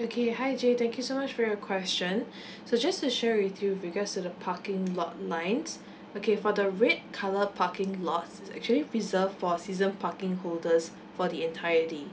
okay hi jay thank you so much for your question so just to share with you regards to the parking lot lines okay for the red colour parking lots is actually reserve for season parking holders for the entire day